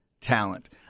talent